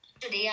today